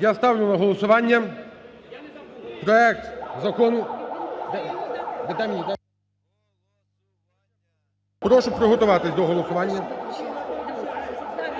я ставлю на голосування проект Закону… Прошу приготуватись до голосування.